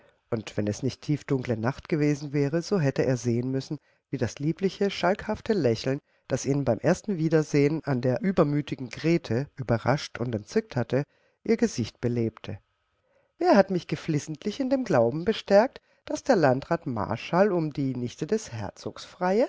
und wenn es nicht tiefdunkle nacht gewesen wäre so hätte er sehen müssen wie das liebliche schalkhafte lächeln das ihn beim ersten wiedersehen an der übermütigen grete überrascht und entzückt hatte ihr gesicht belebte wer hat mich geflissentlich in dem glauben bestärkt daß der landrat marschall um die nichte des herzogs freie